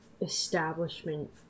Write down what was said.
establishment